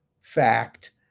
fact